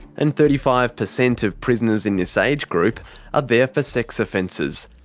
and thirty five percent of prisoners in this age group are there for sex offences.